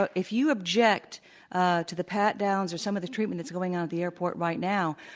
but if you object ah to the pat downs or some of the treatment that's going on at the airport right now,